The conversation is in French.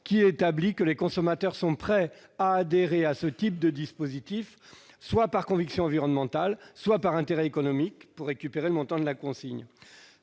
qui établit que les consommateurs sont prêts à adhérer à ce type de dispositif, que ce soit par conviction environnementale ou par intérêt économique, pour récupérer le montant de la consigne.